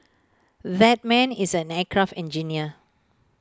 that man is an aircraft engineer